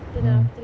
ya